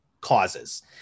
causes